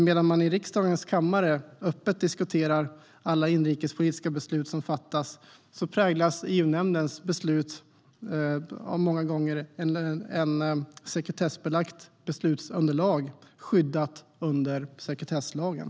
Medan man i riksdagens kammare öppet diskuterar alla inrikespolitiska beslut som fattas, präglas EU-nämndens beslut många gånger av ett sekretessbelagt beslutsunderlag, skyddat under sekretesslagen.